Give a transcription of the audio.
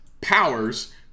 powers